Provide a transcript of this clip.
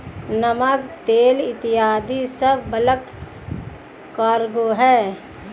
नमक, तेल इत्यादी सब बल्क कार्गो हैं